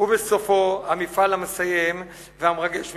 ובסופו המפעל המסיים והמרגש מכול,